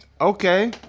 Okay